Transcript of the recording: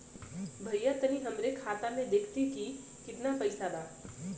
भईया तनि हमरे खाता में देखती की कितना पइसा बा?